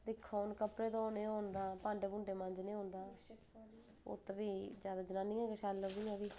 दिक्खो हून कपडे़ धोने हून जा भांडे मांजने हून ता उत्थै बी जनानियां गै शैल लगदियां फ्ही